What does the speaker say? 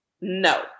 no